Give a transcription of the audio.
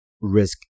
risk